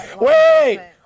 wait